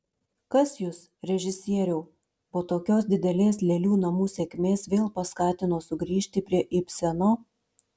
kas jus režisieriau po tokios didelės lėlių namų sėkmės vėl paskatino sugrįžti prie ibseno